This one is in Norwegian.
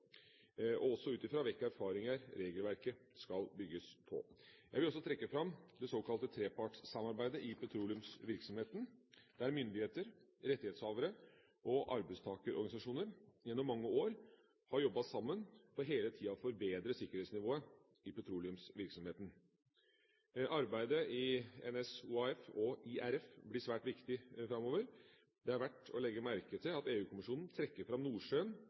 vil også trekke fram det såkalte trepartssamarbeidet i petroleumsvirksomheten, der myndigheter, rettighetshavere og arbeidstakerorganisasjonene gjennom mange år har arbeidet sammen for hele tida å forbedre sikkerhetsnivået i petroleumsvirksomheten. Arbeidet i NSOAF og IRF blir svært viktig framover. Det er verdt å legge merke til at EU-kommisjonen trekker fram Nordsjøen